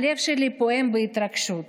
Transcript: הלב שלי פועם בהתרגשות.